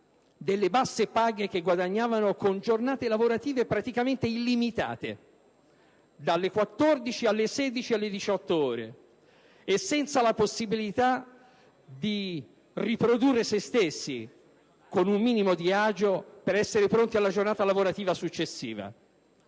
delle basse paghe che guadagnavano, con giornate lavorative praticamente illimitate, che andavano dalle 14, alle 16 e alle 18 ore, senza la possibilità di reintegrare le proprie energie, con un minimo di agio, per essere pronti alla giornata lavorativa successiva.